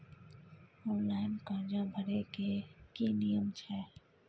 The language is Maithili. ऑनलाइन कर्जा भरै के की नियम छै?